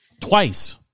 twice